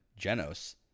Genos